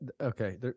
okay